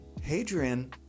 Hadrian